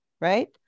Right